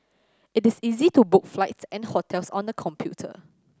it is easy to book flights and hotels on the computer